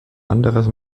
anderes